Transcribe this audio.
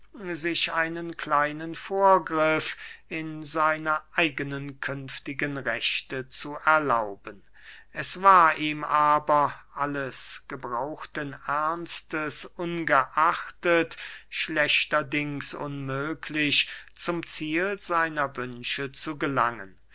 sich einen kleinen vorgriff in seine eigene künftige rechte zu erlauben es war ihm aber alles gebrauchten ernstes ungeachtet schlechterdings unmöglich zum ziele seiner wünsche zu gelangen